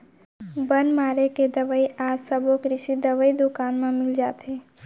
बन मारे के दवई आज सबो कृषि दवई दुकान म मिल जाथे